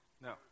No